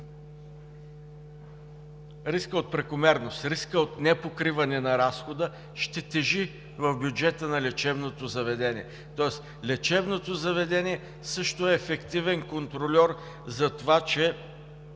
Рискът от прекомерност, рискът от непокриване на разхода ще тежи в бюджета на лечебното заведение, тоест лечебното заведение също е ефективен контрольор за това, че